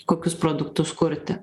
kokius produktus kurti